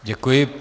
Děkuji.